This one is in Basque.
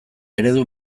eredu